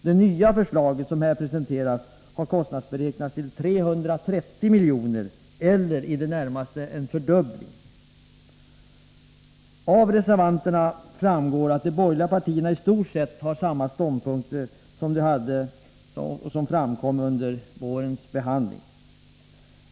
Det nya förslaget som här presenteras har kostnadsberäknats till 330 miljoner, eller i det närmaste en fördubbling. Av reservationerna framgår att de borgerliga partierna i stort sett har samma ståndpunkter som de som framkom under vårens behandling.